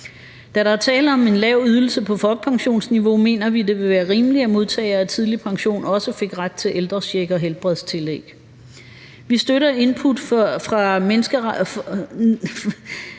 Da der er tale om en lav ydelse på folkepensionsniveau, mener vi, at det ville være rimeligt, at modtagere af tidlig pension også fik ret til ældrecheck og helbredstillæg. Vi støtter Institut for Menneskerettigheder